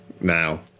now